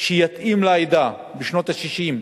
שיתאים לעדה, בשנות ה-60,